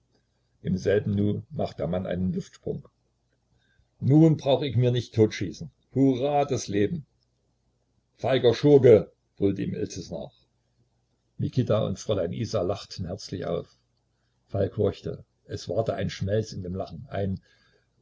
im selben nu macht der mann einen luftsprung nu brauch ick mir nich totschießen hurrah das leben feiger schurke brüllt ihm iltis nach mikita und fräulein isa lachten herzlich auf falk horchte es war da ein schmelz in dem lachen ein